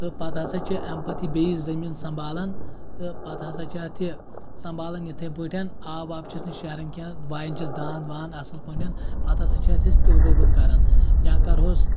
تہٕ پَتہٕ ہسا چھِ امہِ پتہٕ یہِ بیٚیہِ یہِ زٔمیٖن سَمبالَان تہٕ پَتہٕ ہسا چھِ اَتھ یہِ سمبالَان یِتھٕے پٲٹھٮ۪ن آب واب چھِس نہٕ شیہران کیٚنٛہہ وَایان چھِس دانٛد وانٛد اصل پٲٹھٮ۪ن پتہٕ ہسا چھِ اتھ أسۍ تلہٕ گۄگُل کران یا کرٕ ہوس